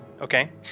okay